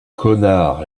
connard